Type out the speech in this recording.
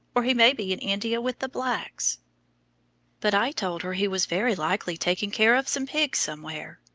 or he may be in india with the blacks but i told her he was very likely taking care of some pigs somewhere,